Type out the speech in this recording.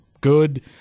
good